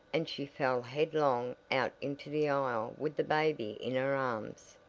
and she fell headlong out into the aisle with the baby in her arms.